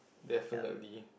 definitely